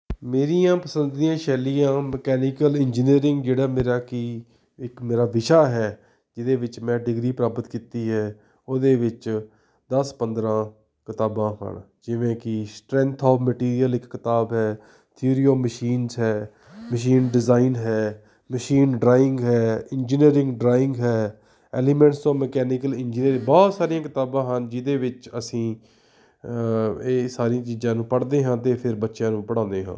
ਮੇਰੀਆਂ ਪਸੰਦ ਦੀਆਂ ਸ਼ੈਲੀਆਂ ਹਨ ਮਕੈਨੀਕਲ ਇੰਜੀਨੀਅਰਿੰਗ ਜਿਹੜਾ ਮੇਰਾ ਕਿ ਇੱਕ ਮੇਰਾ ਵਿਸ਼ਾ ਹੈ ਜਿਹਦੇ ਵਿੱਚ ਮੈਂ ਡਿਗਰੀ ਪ੍ਰਾਪਤ ਕੀਤੀ ਹੈ ਉਹਦੇ ਵਿੱਚ ਦਸ ਪੰਦਰ੍ਹਾਂ ਕਿਤਾਬਾਂ ਹਨ ਜਿਵੇਂ ਕਿ ਸਟਰੈਂਥ ਔਫ ਮਟੀਰੀਅਲ ਇੱਕ ਕਿਤਾਬ ਹੈ ਥਿਊਰੀ ਔਫ ਮਸ਼ੀਨਸ ਹੈ ਮਸ਼ੀਨ ਡਿਜ਼ਾਇਨ ਹੈ ਮਸ਼ੀਨ ਡਰਾਇੰਗ ਹੈ ਇੰਜੀਨੀਅਰਿੰਗ ਡਰਾਇੰਗ ਹੈ ਐਲੀਮੈਂਟਸ ਔਫ ਮਕੈਨੀਕਲ ਇੰਜੀਨੀਅਰ ਬਹੁਤ ਸਾਰੀਆਂ ਕਿਤਾਬਾਂ ਹਨ ਜਿਹਦੇ ਵਿੱਚ ਅਸੀਂ ਇਹ ਸਾਰੀਆਂ ਚੀਜ਼ਾਂ ਨੂੰ ਪੜ੍ਹਦੇ ਹਾਂ ਅਤੇ ਫਿਰ ਬੱਚਿਆਂ ਨੂੰ ਪੜ੍ਹਾਉਂਦੇ ਹਾਂ